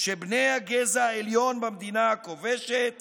שבני הגזע העליון במדינה הכובשת